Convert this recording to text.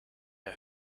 der